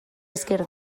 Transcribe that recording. esker